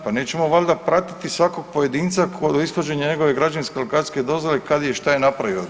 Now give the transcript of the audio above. Pa nećemo valjda pratiti svakog pojedinca u ishođenju njegove građevinske i lokacijske dozvole kada je i što je napravio.